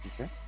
Okay